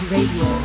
Radio